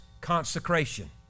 consecration